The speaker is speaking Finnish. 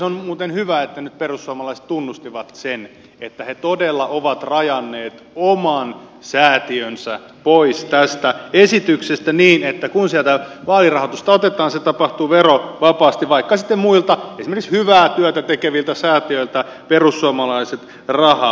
on muuten hyvä että nyt perussuomalaiset tunnustivat sen että he todella ovat rajanneet oman säätiönsä pois tästä esityksestä niin että kun sieltä vaalirahoitusta otetaan se tapahtuu verovapaasti vaikka sitten muilta esimerkiksi hyvää työtä tekeviltä säätiöiltä perussuomalaiset rahaa ottaisivat